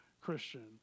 Christian